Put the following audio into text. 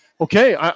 Okay